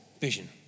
vision